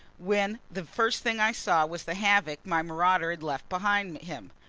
when the first thing i saw was the havoc my marauder had left behind him.